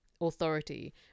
authority